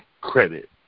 credit